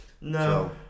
no